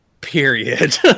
period